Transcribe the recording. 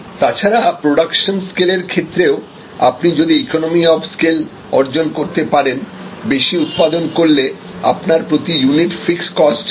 তাছাড়া production scale এর ক্ষেত্রেও আপনি যদি ইকোনমি অফ স্কেল অর্জন করতে পারেন বেশি উৎপাদন করলে আপনার প্রতি ইউনিট ফিক্সড কস্ট কমতে থাকবে